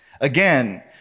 again